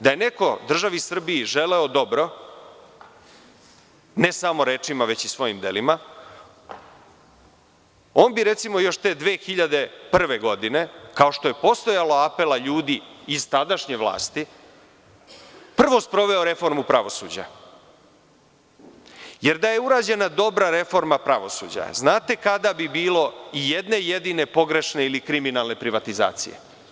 Da je neko državi Srbiji želeo dobro ne samo rečima, već i svojim delima, on bi recimo još te 2001. godine, kao što je postojao apel ljudi iz tadašnje vlasti, prvo sproveo reformu pravosuđa, jer da je urađena dobra reforma pravosuđa znate kada bi bilo i jedne jedine pogrešne ili kriminalne privatizacije?